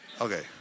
Okay